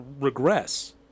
regress